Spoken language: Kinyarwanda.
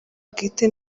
bwite